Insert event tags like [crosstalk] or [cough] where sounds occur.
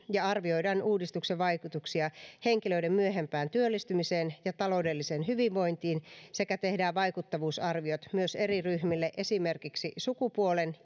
ja arvioidaan uudistuksen vaikutuksia henkilöiden myöhempään työllistymiseen ja taloudelliseen hyvinvointiin sekä tehdään vaikuttavuusarviot myös eri ryhmille esimerkiksi sukupuolen [unintelligible]